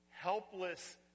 helpless